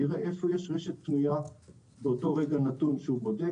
ויראה איפה יש רשת פנויה באותו רגע נתון שהוא בודק.